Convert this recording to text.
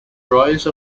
rise